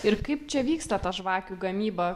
ir kaip čia vyksta ta žvakių gamyba